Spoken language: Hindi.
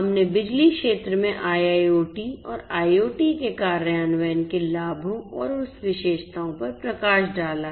हमने बिजली क्षेत्र में IIoT और IoT के कार्यान्वयन के लाभों और विशेषताओं पर प्रकाश डाला है